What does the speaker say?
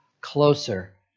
closer